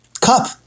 Cup